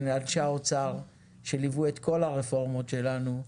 אבל לאנשי האוצר שליוו את כל הרפורמות שלנו,